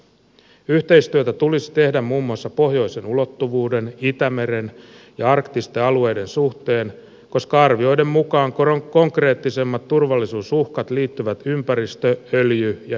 yhteistyötä tulisi tehdä muun muassa pohjoisen ulottuvuuden itämeren ja arktisten alueiden suhteen koska arvioiden mukaan konkreettisimmat turvallisuusuhkat liittyvät ympäristö öljy ja ydinvoimaonnettomuuksiin